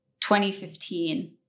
2015